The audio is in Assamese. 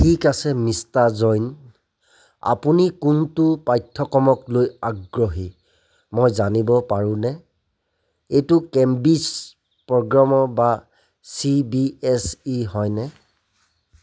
ঠিক আছে মিষ্টাৰ জৈন আপুনি কোনটো পাঠ্যক্ৰমক লৈ আগ্ৰহী মই জানিব পাৰোঁনে এইটো কেম্ব্ৰিজ প্ৰগ্ৰামৰ বা চি বি এছ ই হয়নে